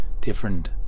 different